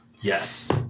Yes